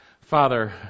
father